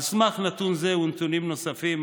על סמך נתון זה ונתונים נוספים,